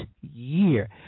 year